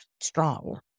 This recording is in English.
strong